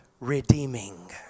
Redeeming